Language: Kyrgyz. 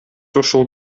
ушул